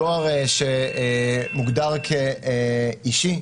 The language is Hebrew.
דואר שמוגדר כ"אישי",